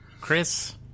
Chris